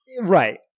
Right